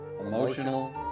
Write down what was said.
emotional